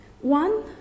One